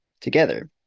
together